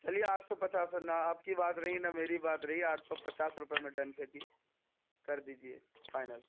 چلیے آٹھ سو پچاس نا آپ کو بات رہی نا میری بات رہی آٹھ سو پچاس روپے میں ڈن کرئیے کر دیجیے فائنل